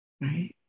right